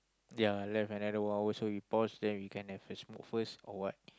yeah left another one hour so we pause then we can have a smoke first or what